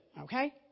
Okay